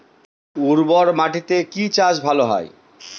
উর্বর মাটিতে কি চাষ ভালো হয়?